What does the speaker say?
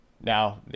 now